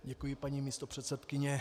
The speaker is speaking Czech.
Děkuji, paní místopředsedkyně.